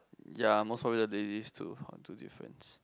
ya most probably will be these two difference